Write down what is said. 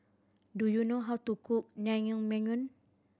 do you know how to cook Naengmyeon